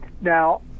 Now